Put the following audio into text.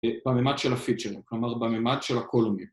‫בממד של הפיד שלו, ‫כלומר, בממד של הקולומים.